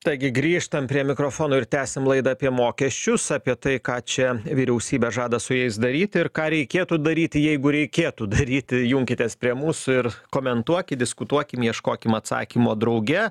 taigi grįžtam prie mikrofono ir tęsiam laidą apie mokesčius apie tai ką čia vyriausybė žada su jais daryti ir ką reikėtų daryti jeigu reikėtų daryti junkitės prie mūsų ir komentuokit diskutuokim ieškokim atsakymo drauge